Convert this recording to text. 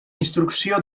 instrucció